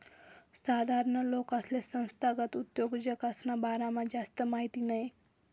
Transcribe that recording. साधारण लोकेसले संस्थागत उद्योजकसना बारामा जास्ती माहिती नयी